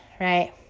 right